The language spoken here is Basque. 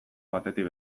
batetik